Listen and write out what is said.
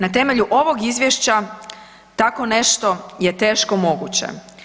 Na temelju ovog izvješća tako nešto je teško moguće.